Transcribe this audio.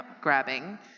grabbing